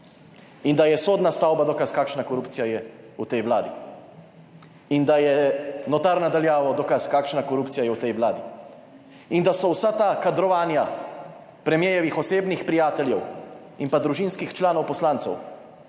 in da je sodna stavba dokaz, kakšna korupcija je v tej Vladi ,in da je notar na daljavo dokaz, kakšna korupcija je v tej Vladi, in da so vsa ta kadrovanja premierjevih osebnih prijateljev in pa družinskih članov poslancev